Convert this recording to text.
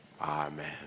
Amen